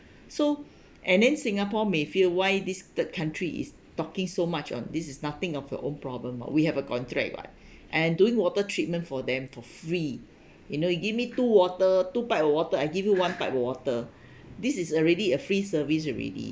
so and then singapore may fear why this third country is talking so much on this is nothing of your own problem ah we have a contract [what] and doing water treatment for them for free you know you give me two water two pipe of water I give you one pipe water this is already a free service already